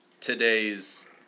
today's